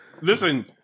Listen